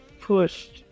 pushed